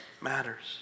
matters